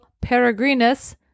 Peregrinus